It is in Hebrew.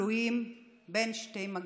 כלואות בין שתי מגפות.